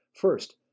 First